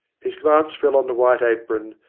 his glance fell on the white apron,